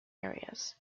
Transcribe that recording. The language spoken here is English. areas